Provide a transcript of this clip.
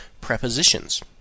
prepositions